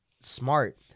smart